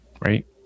right